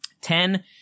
ten